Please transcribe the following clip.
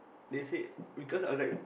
they said because I was like